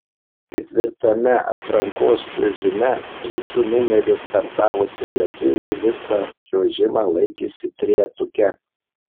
ketvirtame atrankos čiuožime trečiu numeriu startavusi lietuvė visą čiuožimą laikėsi trejetuke